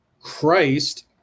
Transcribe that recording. Christ